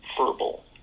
verbal